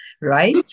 right